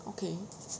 okay